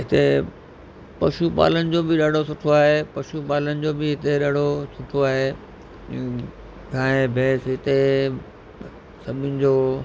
हिते पशू पालन जो बि ॾाढो सुठो आहे पशू पालन जो बि हिते ॾाढो सुठो आहे गाहिं भैस हिते सभीनि जो